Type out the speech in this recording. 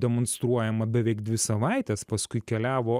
demonstruojama beveik dvi savaites paskui keliavo